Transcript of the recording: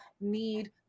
need